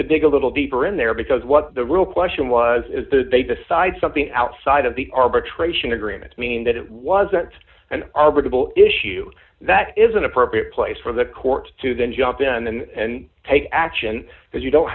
to dig a little deeper in there because what the real question was is that they decide something outside of the arbitration agreement meaning that it wasn't an article issue that is an appropriate place for the court to then jump in and take action because you don't